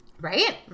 right